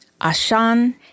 Ashan